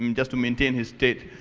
um just to maintain his state,